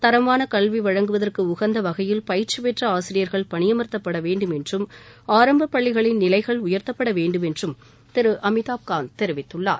தரமான கல்வி வழங்குவதற்கு உகந்த வகையில் பயிற்சி பெற்ற ஆசிரியர்கள் பணியமர்த்தப்பட வேண்டும் என்றும் ஆரம்ப பள்ளிகளின் நிலைகள் உயர்த்தப்பட வேண்டும் என்றும் திரு அமிதாப்காந்த் தெரிவித்துள்ளார்